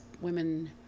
women